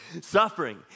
Suffering